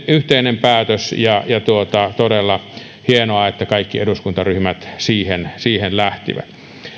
yhteinen päätöksemme ja on todella hienoa että kaikki eduskuntaryhmät siihen siihen lähtivät